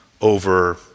over